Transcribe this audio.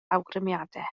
awgrymiadau